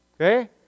Okay